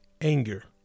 anger